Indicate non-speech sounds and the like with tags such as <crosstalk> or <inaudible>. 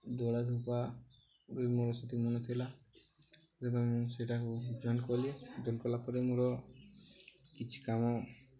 ଦୋଳା ଧୁପା ବି ମୋର ସେଠି ମନେ ଥିଲା <unintelligible> ସେଇଟାକୁ ଜଏନ୍ କଲି ଜଏନ୍ କଲାପରେ ମୋର କିଛି କାମ